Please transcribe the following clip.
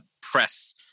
press